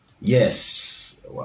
Yes